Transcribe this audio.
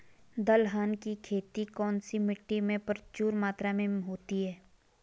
दलहन की खेती कौन सी मिट्टी में प्रचुर मात्रा में होती है?